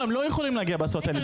הם לא יכולים להגיע בהסעות האלה,